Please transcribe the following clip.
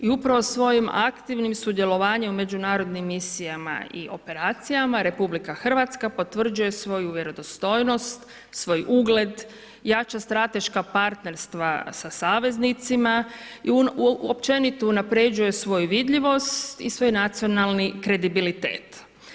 I upravo svojim aktivnim sudjelovanjem u međunarodnim misijama i operacijama RH potvrđuje svoju vjerodostojnost, svoj ugled, jača strateška partnerstva sa saveznicima, općenito unapređuje svoju vidljivost i svoj nacionalni kredibilitet.